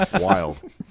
wild